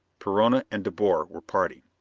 perona and de boer were parting.